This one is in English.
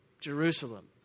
Jerusalem